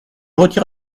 retire